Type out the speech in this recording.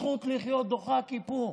הזכות לחיות דוחה כיפור.